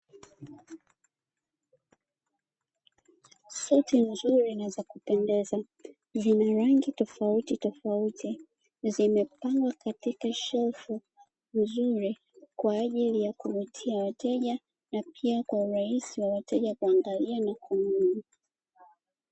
Suti nzuri na za kupendeza, zenye rangi tofautitofauti zimepangwa katika shelfu nzuri, kwa ajili ya kuvutia wateja, na pia kwa urahisi wa wateja kuangalia na kununua.